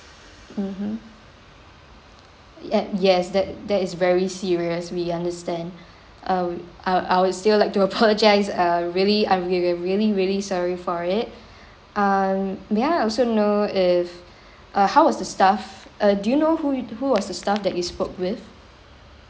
mmhmm ye~ yes that that is very serious we understand I would I would I would still like to apologise uh really I'm uh really really sorry for it um may I also know if uh how was the staff uh do you know who you who was the staff that you spoke with